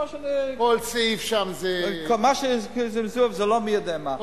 כל סעיף שם זה, זה לא מי-יודע-מה.